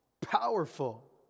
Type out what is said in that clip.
Powerful